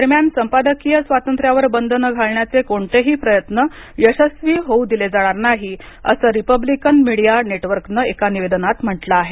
दरम्यान संपादकीय स्वातंत्र्यावर बंधनं घालण्याचे कोणतेही प्रयत्न यशस्वी होऊ देणार नाही असं रिपब्लिक मिडिया नेटवर्कनं एका निवेदनात म्हटलं आहे